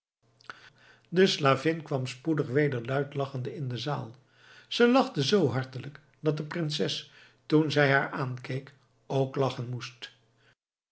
de slavin kwam spoedig weder luid lachende in de zaal ze lachte zoo hartelijk dat de prinses toen zij haar aankeek ook lachen moest